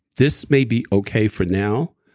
this may be okay for now,